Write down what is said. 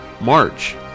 March